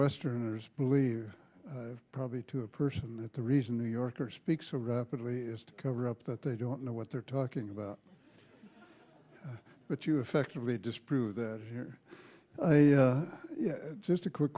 westerners believe probably to a person that the reason new yorkers speak so rapidly is to cover up that they don't know what they're talking about but you effectively disproved that here just a quick